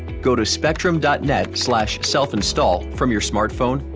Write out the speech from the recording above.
go to spectrum dot net slash selfinstall from your smartphone,